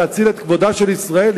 להציל את כבודה של ישראל,